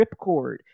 Ripcord